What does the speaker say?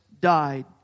died